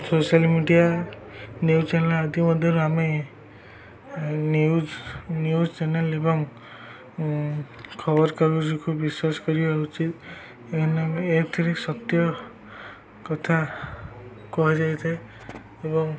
social media news channel ଆଦି ମଧ୍ୟରୁ ଆମେ ନ୍ୟୁଜ୍ ନ୍ୟୁଜ୍ ଚ୍ୟାନେଲ୍ ଏବଂ ଖବର କାଗଜକୁ ବିଶ୍ୱାସ କରିବା ଉଚିତ ଏଥିରେ ସତ୍ୟ କଥା କୁହାଯାଇଥାଏ ଏବଂ